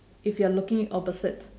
if you're looking opposite